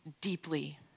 deeply